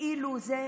בכאילו זה,